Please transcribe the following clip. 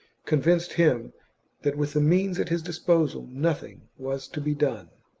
convinced him that with the means at his disposal nothing was to be done.